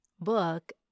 book